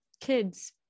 kids